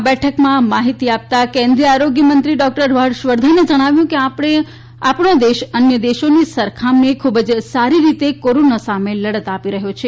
આ બેઠકમાં માહિતી આપતા કેન્દ્રીય આરોગ્ય મંત્રી હર્ષ વર્ધને જણાવ્યું કે આપણે દેશ અન્ય દેશોની સરખામણી ખુબ સારી રીતે કોરોના સામે લડત આપી રહયો છે